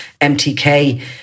MTK